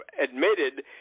admitted